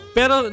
pero